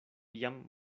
jam